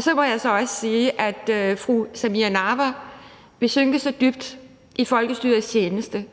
Så må jeg så også sige: Tænk, at fru Samira Nawa vil synke så dybt i folkestyrets tjeneste